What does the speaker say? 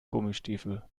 gummistiefel